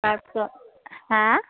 তাৰপিছত হাঁ